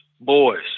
boys